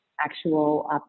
actual